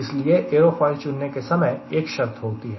इसलिए एयरोफॉयल चुनने के समय एक शर्त होती है